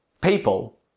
People